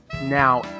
now